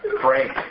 Frank